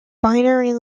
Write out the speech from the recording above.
binary